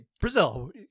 Brazil